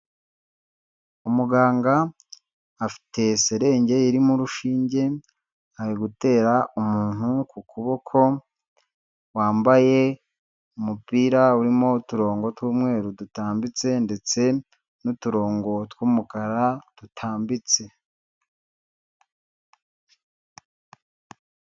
Umuganga afite serenge irimo urushinge, ari gutera umuntu ku kuboko wambaye umupira urimo uturongo tw'umweru dutambitse ndetse n'uturongo tw'umukara dutambitse.